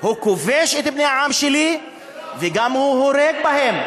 הוא כובש את בני העם שלי וגם הורג בהם.